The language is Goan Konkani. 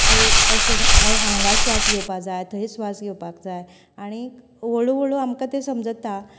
की अशें हांगा श्वास घेवपाक जाय थंय श्वास घेवपाक जाय आनी हळू हळू आमकां ते समजता